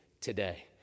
today